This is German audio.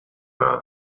war